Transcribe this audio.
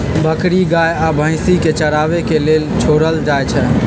बकरी गाइ आ भइसी के चराबे के लेल छोड़ल जाइ छइ